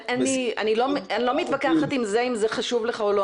אני לא מתווכחת אם זה חשוב לך או לא.